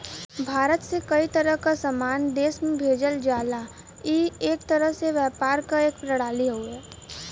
भारत से कई तरह क सामान देश में भेजल जाला ई एक तरह से व्यापार क एक प्रणाली हउवे